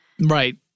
Right